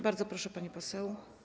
Bardzo proszę, pani poseł.